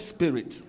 Spirit